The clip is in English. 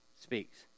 speaks